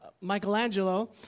Michelangelo